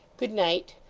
good night!